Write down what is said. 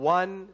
one